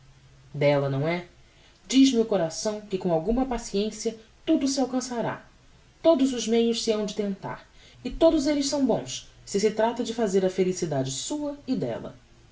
della não é diz-me o coração que com alguma paciencia tudo se alcançará todos os meios se hão de tentar e todos elles são bons se se trata de fazer a felicidade sua e della